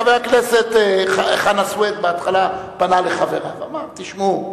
חבר הכנסת חנא סוייד בהתחלה פנה אל חבריו ואמר: תשמעו,